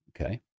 Okay